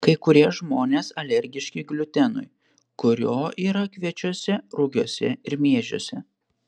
kai kurie žmonės alergiški gliutenui kurio yra kviečiuose rugiuose ir miežiuose